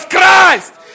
Christ